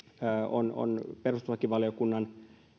on perustuslakivaliokunnan